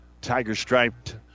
tiger-striped